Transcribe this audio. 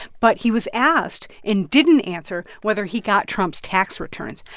but he was asked and didn't answer whether he got trump's tax returns.